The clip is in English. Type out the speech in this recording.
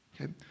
Okay